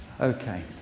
Okay